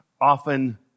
often